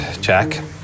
Jack